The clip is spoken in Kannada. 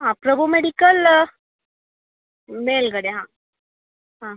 ಹಾಂ ಪ್ರಭು ಮೆಡಿಕಲ್ ಮೇಲುಗಡೆ ಹಾಂ ಹಾಂ